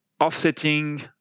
offsetting